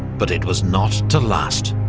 but it was not to last,